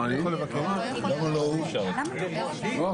(תיקון)